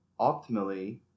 optimally